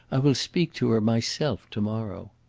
i will speak to her myself to-morrow.